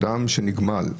אדם שנגמל,